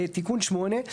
תיקון 8,